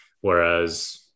whereas